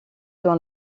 dans